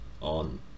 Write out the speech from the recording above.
on